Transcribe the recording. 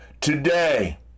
Today